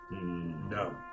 no